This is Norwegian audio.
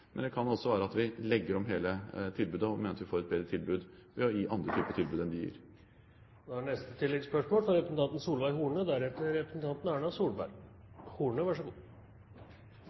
Men det kan også være at vi legger om hele tilbudet, og mener at vi får et bedre tilbud ved å gi andre tilbud enn det de gir. Solveig Horne – til oppfølgingsspørsmål. Det er